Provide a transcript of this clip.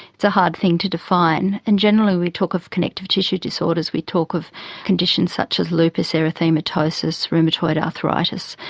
it's a hard thing to define, and generally when we talk of connective tissue disorders we talk of conditions such as lupus erythematosus, rheumatoid arthritis.